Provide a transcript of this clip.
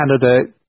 Canada